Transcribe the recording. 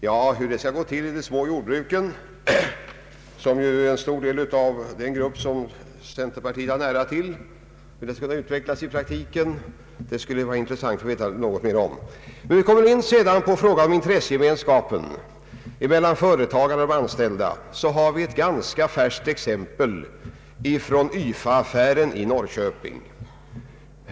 Det skulle vara intressant att veta något mer om hur detta skulle utvecklas i praktiken exempelvis när det gäller de små jordbruken, som utgör en stor del av den grupp som centerpartiet har nära till. När vi sedan kommer in på frågan om den s.k. intressegemenskapen mellan företagarna och de anställda kan jag anföra ett ganska färskt exempel, nämligen YFA-affären i Norrköping.